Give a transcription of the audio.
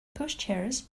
pushchairs